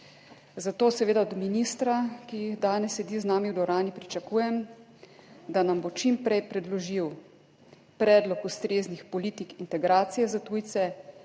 zato seveda od ministra, ki danes sedi z nami v dvorani pričakujem, da nam bo čim prej predložil predlog ustreznih politik integracije za tujce,